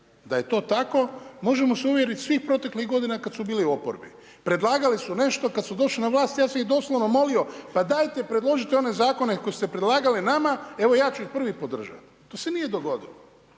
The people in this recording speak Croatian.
Da je to tako, možemo se uvjeriti svih proteklih godina kad su bili u oporbi. Predlagali su nešto, kad su došli na vlast, ja sam ih doslovno molio, pa dajte predložite one zakone koje ste predlagali nama, evo ja ću ih prvi podržati. To se nije dogodilo.